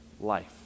life